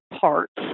parts